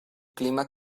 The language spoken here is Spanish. clima